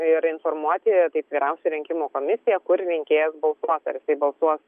ir informuoti taip vyriausiąją rinkimų komisiją kur rinkėjas balsuos ar jisai balsuos